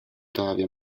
todavía